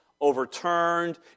overturned